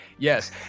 yes